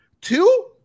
Two